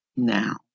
now